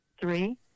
three